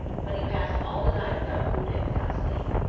but he passed all the night without food and without sleep,